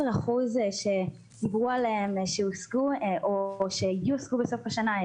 10% שדיברו עליהם שיושגו בסוף השנה,